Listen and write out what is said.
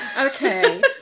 Okay